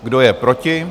Kdo je proti?